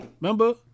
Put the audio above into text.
remember